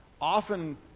often